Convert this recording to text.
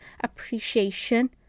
appreciation